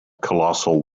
colossal